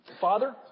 Father